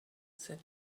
said